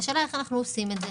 והשאלה איך אנחנו עושים את זה,